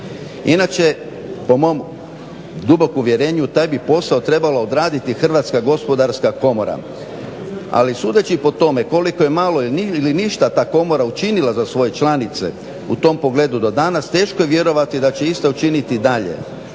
Inače po mom duboku uvjerenju taj bi posao trebala odraditi Hrvatska gospodarska komora. Ali sudeći po tome koliko je malo ili ništa ta komora učinila za svoje članice u tom pogledu do danas teško je vjerovati da će ista učiniti dalje.